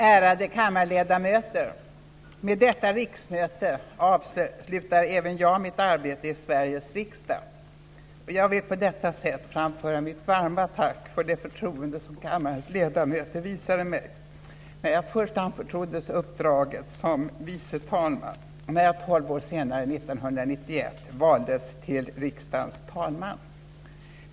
Ärade kammarledamöter! Med detta riksmöte avslutar även jag mitt arbete i Sveriges riksdag. Jag vill på detta sätt framföra mitt varma tack för det förtroende som kammarens ledamöter visade mig när jag först anförtroddes uppdraget som vice talman och när jag tolv år senare, 1991, valdes till riksdagens talman.